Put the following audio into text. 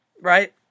Right